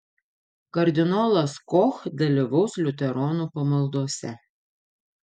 kardinolas koch dalyvaus liuteronų pamaldose